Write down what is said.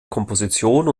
komposition